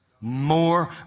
more